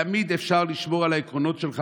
תמיד אפשר לשמור על העקרונות שלך,